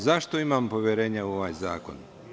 Zašto imam poverenja u ovaj zakon?